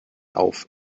auf